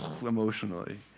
emotionally